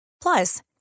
Plus